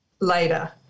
later